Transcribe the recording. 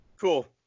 Cool